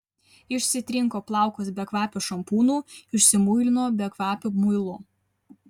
išsitrinko plaukus bekvapiu šampūnu išsimuilino bekvapiu muilu